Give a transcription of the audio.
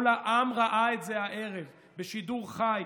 כל העם ראה את זה הערב בשידור חי,